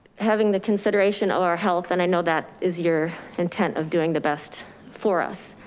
having the consideration of our health. and i know that is your intent of doing the best for us.